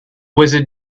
wizard